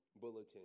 bulletin